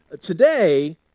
today